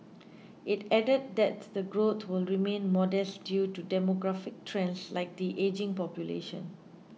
it added that the growth will remain modest due to demographic trends like the ageing population